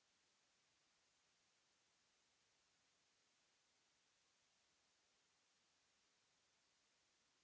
...